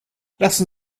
lassen